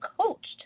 coached